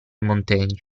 montaigne